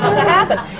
to happen!